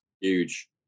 Huge